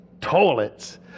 toilets